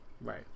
Right